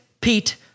Pete